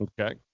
Okay